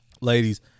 Ladies